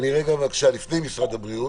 לפני משרד הבריאות,